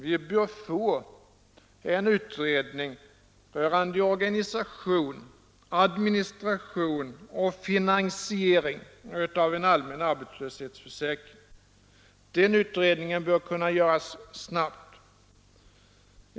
Vi bör få en utredning rörande organisation, administration och finansiering av en allmän arbetslöshetsförsäkring. Den utredningen bör kunna göras snabbt.